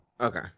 Okay